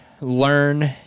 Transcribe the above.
learn